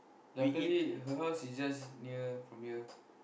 luckily her house is just near from here